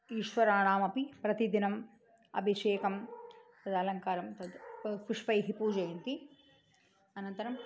ईश्वराणामपि प्रतिदिनम् अभिषेकम् अलङ्कारं तद् पुष्पैः पूजयन्ति अनन्तरम्